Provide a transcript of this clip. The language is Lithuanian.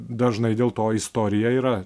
dažnai dėl to istorija yra